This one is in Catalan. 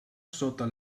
sota